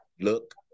look